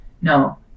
no